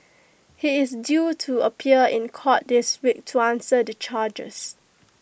he is due to appear in court this week to answer the charges